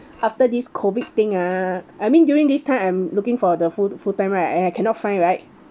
after this COVID thing ah I mean during this time I'm looking for the full full time right I I cannot find right